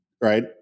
right